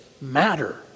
matter